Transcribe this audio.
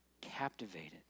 Captivated